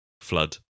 Flood